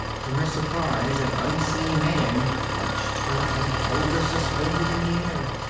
to her surprise an unseen hand clutched her and held her suspended in the air.